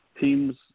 Teams